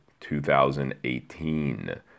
2018